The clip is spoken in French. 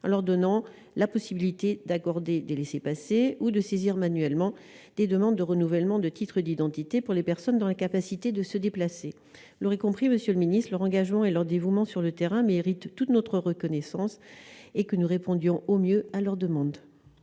en leur donnant la possibilité d'accorder des laissez-passer ou de saisir manuellement des demandes de renouvellement de titre d'identité pour les personnes dans l'incapacité de se déplacer l'heure y compris Monsieur le Ministre, leur engagement et leur dévouement sur le terrain, méritent toute notre reconnaissance et que nous répondions au mieux à leurs demandes.